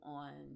on